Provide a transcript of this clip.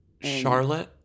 Charlotte